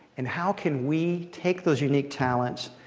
and how can we take those unique talents